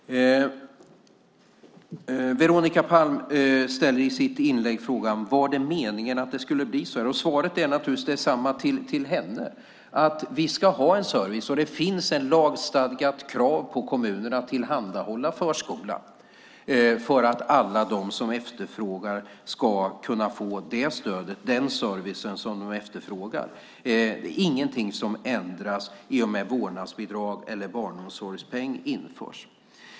Veronica Palm ställde i sitt inlägg frågan: Var det meningen att det skulle bli så här? Och svaret är naturligtvis detsamma till henne, att vi ska ha en service. Och det finns ett lagstadgat krav på kommunerna att tillhandahålla förskoleplatser för att alla ska kunna få den service som de efterfrågar. Det är ingenting som ändras i och med att vårdnadsbidrag eller barnomsorgspeng införs.